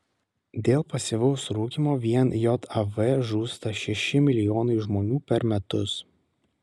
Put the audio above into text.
dėl pasyvaus rūkymo vien jav žūsta šeši milijonai žmonių per metus